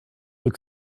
look